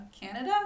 Canada